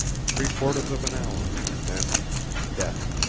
three-quarters of an hour and then death.